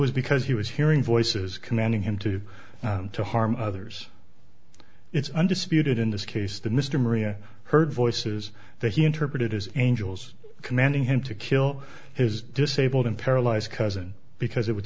was because he was hearing voices commanding him to to harm others it's undisputed in this case the mr maria heard voices that he interpreted as angels commanding him to kill his disabled and paralyzed cousin because it would